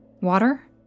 Water